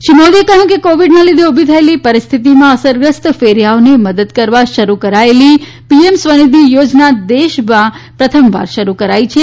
શ્રી મોદીએ કહ્યું કે કોવિડના લીઘે ઉભી થયેલી પરિસ્થિતિની અસરગ્રસ્ત ફેરીયાઓને મદદ કરવા શરૂ કરેલી પીએમ સ્વનિધિ યોજના દેશમાં પ્રથમવાર શરૂ કરાઇ છે